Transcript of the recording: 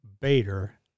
Bader